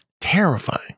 Terrifying